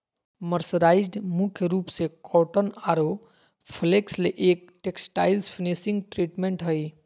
mercerised मुख्य रूप से कॉटन आरो फ्लेक्स ले एक टेक्सटाइल्स फिनिशिंग ट्रीटमेंट हई